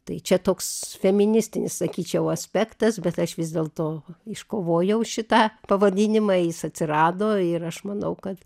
tai čia toks feministinis sakyčiau aspektas bet aš vis dėl to iškovojau šitą pavadinimą jis atsirado ir aš manau kad